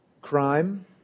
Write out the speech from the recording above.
Crime